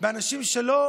באנשים שלא